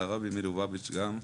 לרבי מלובביץ' גם,